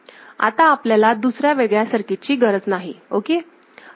आता आपल्याला दुसऱ्या वेगळ्या सर्किटची गरज नाही ओके